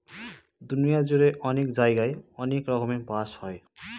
দুনিয়া জুড়ে অনেক জায়গায় অনেক রকমের বাঁশ হয়